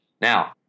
Now